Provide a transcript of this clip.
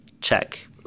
check